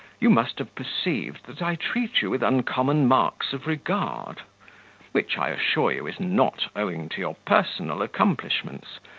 you must have perceived, that i treat you with uncommon marks of regard which, i assure you, is not owing to your personal accomplishments,